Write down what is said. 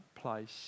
place